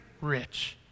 rich